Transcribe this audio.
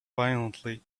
violently